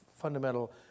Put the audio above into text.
fundamental